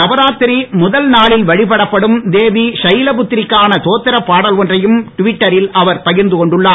நவராத்திரி முதல் நாளில் வழிபடப்படும் தேவி ஷைலபுத்ரிக்கான தோத்திர பாடல் ஒன்றையும் டுவிட்டரில் அவர் பகிர்ந்து கொண்டுள்ளார்